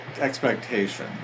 Expectation